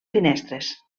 finestres